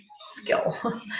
skill